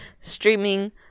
streaming